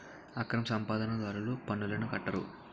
అక్రమ సంపాదన దారులు పన్నులను కట్టరు